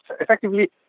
effectively